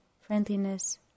friendliness